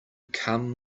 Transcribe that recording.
come